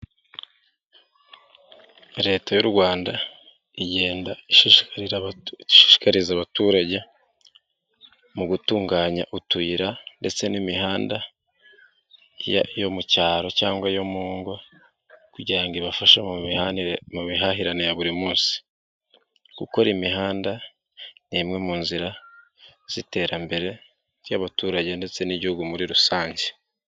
Leta y'u Rwanda igenda ishishikarira abaturage mu gutunganya utuyira ndetse n'imihanda yo mu cyaro cyangwa yo mu ngo, kugira ibafashe mu mu mihahiranire ya buri munsi. Gukora imihanda n ni imwe mu nzira z'iterambere ry'abaturage ndetse n'igihugu muri rusange.